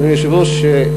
אדוני היושב-ראש,